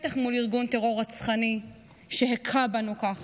בטח מול ארגון טרור רצחני שהכה בנו ככה,